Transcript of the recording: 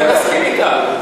אני מסכים אתך.